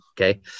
Okay